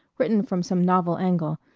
written from some novel angle.